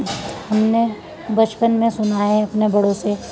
ہم نے بچپن میں سنا ہے اپنے بڑوں سے